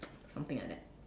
something like that